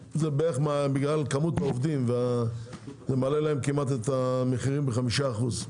שבגלל כמות העובדים זה מעלה להם את המחירים ב-5% כמעט.